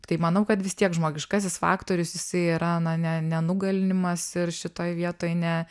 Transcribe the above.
tai manau kad vis tiek žmogiškasis faktorius jisai yra na ne nenugalimas ir šitoj vietoj ne